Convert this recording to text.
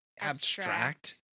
abstract